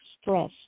stress